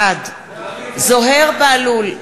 בעד זוהיר בהלול,